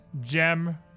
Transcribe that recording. gem